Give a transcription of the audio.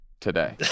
today